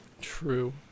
True